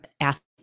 athletes